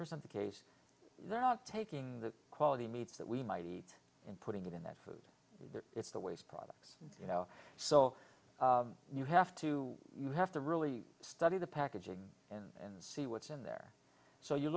percent the case they're not taking the quality meats that we might eat and putting it in that food it's the waste products you know so you have to you have to really study the packaging and see what's in there so you